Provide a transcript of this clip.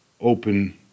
open